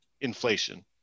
inflation